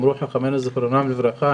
אמרו חכמינו זיכרונם לברכה,